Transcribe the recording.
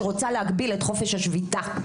שרוצה להגביל את חופש השביתה?